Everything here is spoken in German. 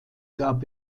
gab